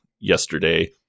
yesterday